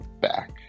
back